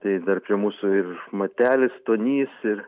tai jis dar prie mūsų ir matelis stonys ir